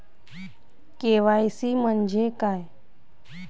KYC म्हंजे काय?